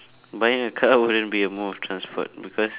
buying a car wouldn't be a mode of transport because